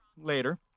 later